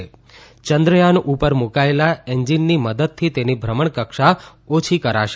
યંદ્રયાન ઉપર મૂકાયેલા એન્જીનની મદદથી તેની ભ્રમણકક્ષા ઓછી કરાશે